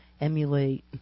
emulate